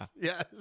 Yes